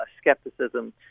skepticism